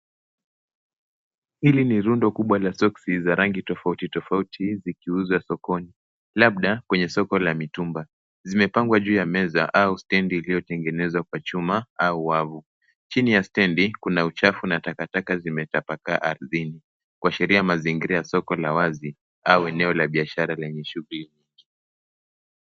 Hili rundu kubwa za soksi za rangi tafauti tafauti zikiuza sokoni, labda kwenye soko la mitumba. Zimepangwa juu ya meza au stendi iliotengenezwa kwa chuma au wavu. Chini ya stendi kuna uchafu na takataka zimepakaa aridhini, kuashiria mazingira ya soko ya wazi au eneo la biashara lenye shughuli nyingi.